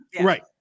Right